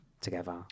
together